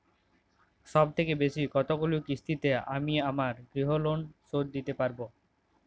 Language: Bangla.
সবথেকে বেশী কতগুলো কিস্তিতে আমি আমার গৃহলোন শোধ দিতে পারব?